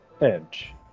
edge